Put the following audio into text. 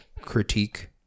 critique